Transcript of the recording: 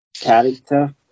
character